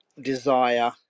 desire